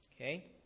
Okay